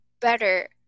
better